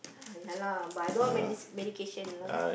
ha ya lah but I don't want medis~ medication you know